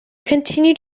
continued